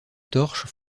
torche